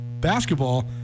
basketball